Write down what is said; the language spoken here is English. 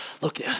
look